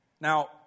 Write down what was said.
Now